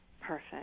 perfect